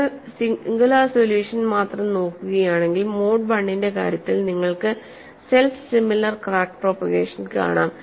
നിങ്ങൾ singular solution മാത്രം നോക്കുകയാണെങ്കിൽ മോഡ് I ന്റെ കാര്യത്തിൽ നിങ്ങൾക്ക് സെൽഫ് സിമിലർ ക്രാക്ക് പ്രൊപ്പഗേഷൻ കാണാം